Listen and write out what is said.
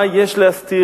מה יש להסתיר?